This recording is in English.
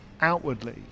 outwardly